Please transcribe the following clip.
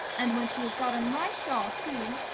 and when she has got on my shawl, too!